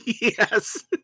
Yes